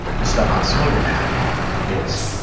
the stuff outside of that is